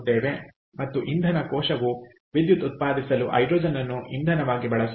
ಮತ್ತು ಇಂಧನ ಕೋಶವು ವಿದ್ಯುತ್ ಉತ್ಪಾದಿಸಲು ಹೈಡ್ರೋಜನ್ಅನ್ನು ಇಂಧನವಾಗಿ ಬಳಸುತ್ತದೆ